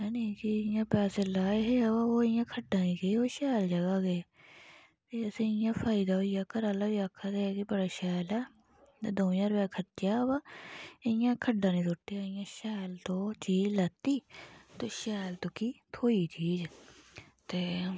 है निं कि इ'यां पैसे लाए हे अ बा ओह् इ'यां खड्डा निं गे ओह् शैल जगह् गे ते असें गी इ'यां फायदा होई गेआ घर आह्ले बी आक्खा दे कि बड़ा शैल ऐ द'ऊं ज्हार रपेआ खर्चेआ अ बा इ'यां खड्डा निं सुट्टेआ इ'यां शैल तूं चीज लैती ते शैल तुक्की थ्होई चीज ते